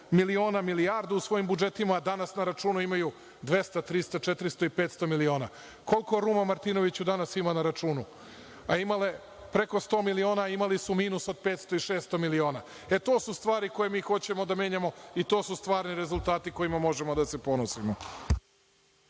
milijardu u svojim budžetima, a danas na računu imaju 200, 300, 400 i 500 miliona. Koliko Ruma, Martinoviću, danas ima na račun, a imala je preko 100 miliona, imali su minus od 500 i 600 miliona. To su stvari koje mi hoćemo da menjamo i to su stvarni rezultati kojima možemo da se ponosimo.